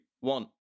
one